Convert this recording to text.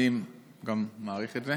אני מעריך את זה.